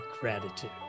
gratitude